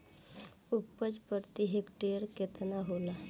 उपज प्रति हेक्टेयर केतना होला?